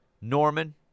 Norman